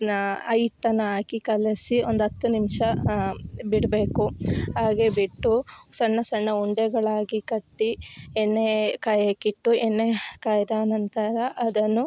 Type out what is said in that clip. ನಾ ಆ ಹಿಟ್ಟನ್ನ ಹಾಕಿ ಕಲಸಿ ಒಂದು ಹತ್ತು ನಿಮಿಷ ಬಿಡಬೇಕು ಹಾಗೆ ಬಿಟ್ಟು ಸಣ್ಣ ಸಣ್ಣ ಉಂಡೆಗಳಾಗಿ ಕಟ್ಟಿ ಎಣ್ಣೆ ಕಾಯೋಕಿಟ್ಟು ಎಣ್ಣೆ ಕಾಯ್ದ ನಂತರ ಅದನ್ನು